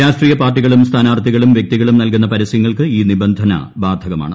രാഷ്ട്രീയ പാർട്ടികളും സ്ഥാനാർഥികളും വൃക്തികളും നൽകുന്ന പരസ്യങ്ങൾക്ക് ഈ നിബന്ധന ബാധകമാണ്